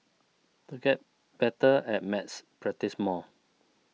to get better at maths practise more